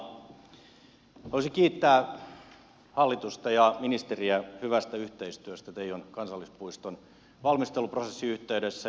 haluaisin kiittää hallitusta ja ministeriä hyvästä yhteistyöstä teijon kansallispuiston valmisteluprosessin yhteydessä